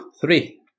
three